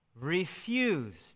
refused